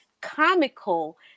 comical